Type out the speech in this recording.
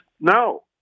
no